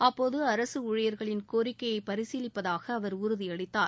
அப்போது அரசு ஊழியர்களின் கோரிக்கையை பரிசீலிப்பதாக அவர் உறுதி அளித்தார்